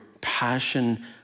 passion